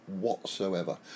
whatsoever